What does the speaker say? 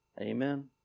Amen